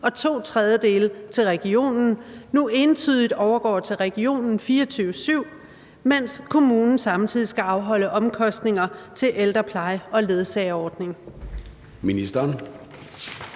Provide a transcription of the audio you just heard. og to tredjedele til regionen, nu entydigt overgår til regionen 24-7, mens kommunen samtidig skal afholde omkostninger til ældrepleje og ledsagerordning? Kl.